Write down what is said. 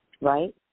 right